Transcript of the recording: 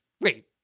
wait